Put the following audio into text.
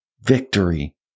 Victory